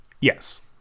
yes